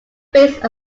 based